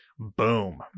Boom